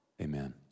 amen